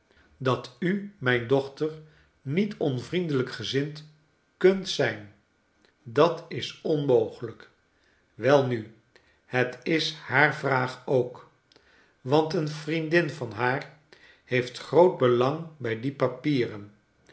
dat u mijn dochter niet onvriendelrjk gezind kunt zijn dat is onmogelijk welnu het is haar vraag ook want een vriendin van haar heeft groot belang bij die papieren